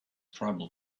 trouble